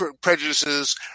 prejudices